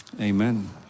Amen